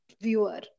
viewer